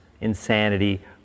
insanity